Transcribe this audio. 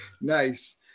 Nice